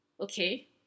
Okay